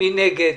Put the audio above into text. מי נגד?